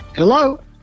Hello